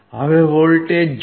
હવે વોલ્ટેજ જુઓ